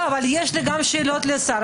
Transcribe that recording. יש לי שאלות לשר.